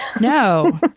No